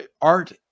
Art